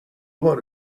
بار